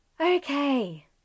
Okay